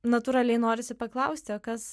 natūraliai norisi paklausti o kas